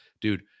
dude